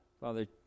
Father